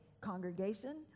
congregation